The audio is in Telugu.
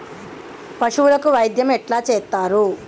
పశువులకు వైద్యం ఎట్లా చేత్తరు?